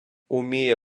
уміє